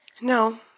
No